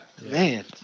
Man